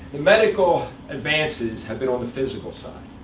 the medical advances have been on the physical side.